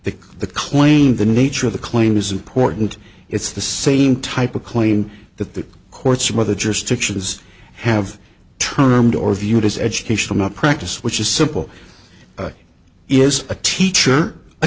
the claim the nature of the claim is important it's the same type of claim that the courts whether jurisdictions have termed or viewed as educational not practice which is simple is a teacher a